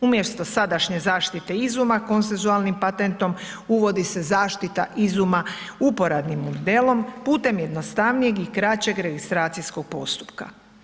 Umjesto sadašnje zaštite izuma, konsenzualnim patentom uvodi se zaštita izuma uporabnim modelom putem jednostavnijeg i kraćeg registracijskog postupka.